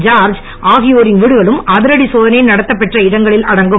George ஆகியோரின் வீடுகளும் அதிரடி சோதனை நடபெற்ற இடங்களில் அடங்கும்